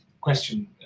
question